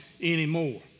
anymore